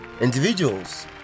individuals